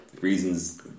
reasons